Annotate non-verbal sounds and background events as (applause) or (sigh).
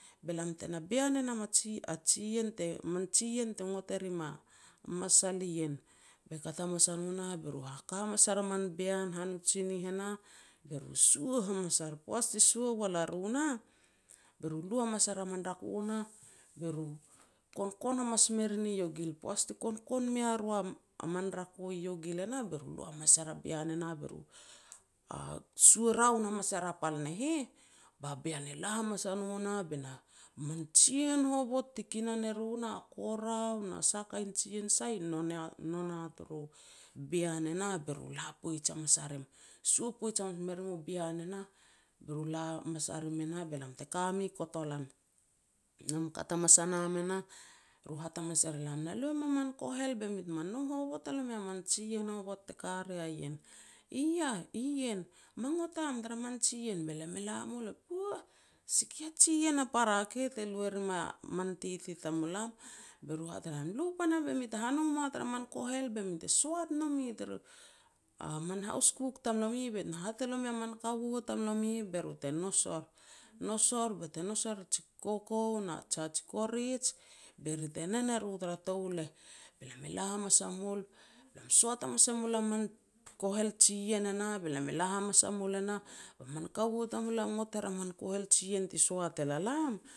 Be lam te na bean e nam a (hesitation) jiien te (unintelligible) mam jiien te bang e rim a masal nien. Be kat hamas a no nah, be ru haka hamas er a man bean han tsinih e nah, be ru e sua hamas ar. Poaj ti sua wal a ru nah, be ru lu hamas er a man rako nah be ru konkon hamas me rin iogil. Poaj ti konkon mea ru a man rako i iogil e nah, be ru lu hamas er a bean e nah, be ru (hesitation) sua raon hamas er a pal ne heh, ba bean e la hamas a no nah be na (unintelligible) man jiien hovot ti kinan eru nah, korao na sah kain jiien sai non nea (hesitation) non a turu bean e nah, be ru la poij hamas a rim. Sot poij hamas me rim u bean e nah, be ru la hamas a rim e nah, be lam te ka mi kotolan. Be lam kat hamas a nam e nah, ru hat hamas er elam, "Na lu e mum a man kohel be mi teme nong hovot e nomi a man jiien hovot te ka rea ien", "I yah?" "Ien." "Me ngot am tar min jiien." Be lam e la mul, "Puah! sikia jiien a para te keh lu e rim a man tete tamulam." Be ru hat er elam, "Lu pan am be mi te hanong moa tar man kohel, be mi te soat nomi tar a min haus kuk tamlomi, bet na hat lomi a man kaua tamlomi be ru te nous or, nous or bete nous er ji koukou na jia korij, be ri te nen eru tara touleh." Be lam e la hamas a mul, be lam soat hamas e mul a man kohel jiien e nah, be lam e la hamas a mul e nah, ba man kaua tamulam i ngot er a man kohel jiien te soat el a lam,